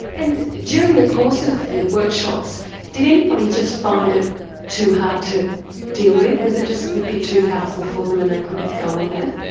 and during the course of the workshops did anybody just find it too hard to deal with, was it a bit too powerful for them and they couldn't go on with it?